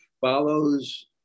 Follows